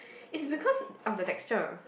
is because of the textures